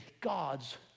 God's